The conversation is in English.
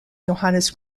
johannes